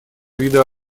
вида